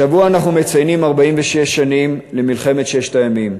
השבוע אנחנו מציינים 46 שנים למלחמת ששת הימים,